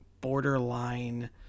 borderline